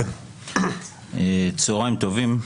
צוהריים טובים.